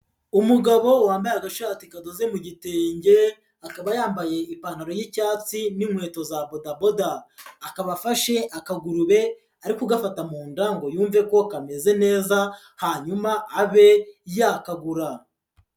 Umugabo wambaye agashati kadoze mu gitenge akaba yambaye ipantaro y'icyatsi n'inkweto za bodaboda, akaba afashe akagurube ari kugafata mu nda ngo yumve ko kameze neza hanyuma abe yakagura.